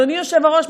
אדוני היושב-ראש,